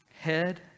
Head